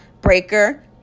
Breaker